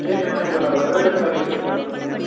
அதேமாதிரி நம்ம வரவேற்பறைக்கும் பண்ணணும் சார்